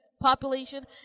population